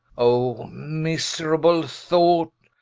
oh miserable thought!